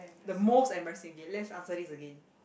the most embarrassing K let's answer this again